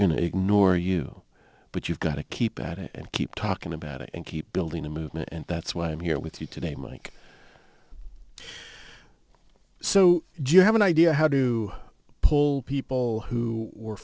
going to ignore you but you've got to keep at it and keep talking about it and keep building a movement and that's why i'm here with you today mike so do you have an idea how to pull people who were